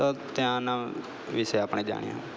તો ત્યાંના વિશે આપણે જાણીએ